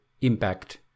impact